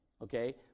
okay